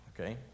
Okay